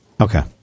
okay